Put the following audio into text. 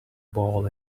ball